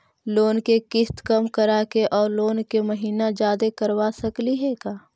Loan के किस्त कम कराके औ लोन के महिना जादे करबा सकली हे का?